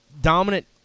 Dominant